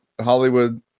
Hollywood